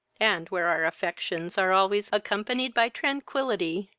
and where our affections are always accompapanied by tranquillity,